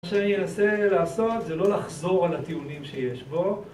מה שאני אנסה לעשות זה לא לחזור על הטיעונים שיש בו